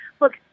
Look